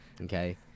Okay